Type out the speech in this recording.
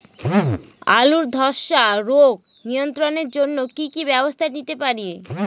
আলুর ধ্বসা রোগ নিয়ন্ত্রণের জন্য কি কি ব্যবস্থা নিতে পারি?